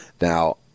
Now